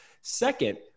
Second